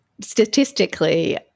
statistically